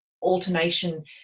alternation